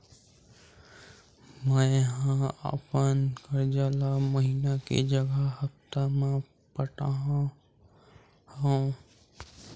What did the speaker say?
मेंहा अपन कर्जा ला महीना के जगह हप्ता मा पटात हव